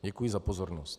Děkuji za pozornost.